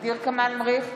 ע'דיר כמאל מריח,